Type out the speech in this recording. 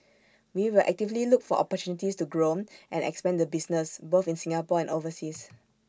we will actively look for opportunities to grow and expand the business both in Singapore and overseas